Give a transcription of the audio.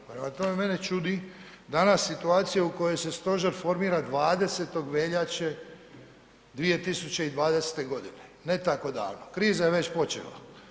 Prema tome, mene čudi danas situacija u kojoj se stožer formira 20.veljače 2020.godine, ne tako davno, kriza je već počela.